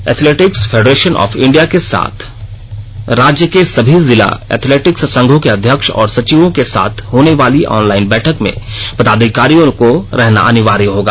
athletics federation of India के साथ राज्य के सभी जिला एथलेटिक्स संघों के अध्यक्ष और सचिवों के साथ होने वाली ऑनलाइन बैठक में पदाधिकारियों को रहना अनिवार्य होगा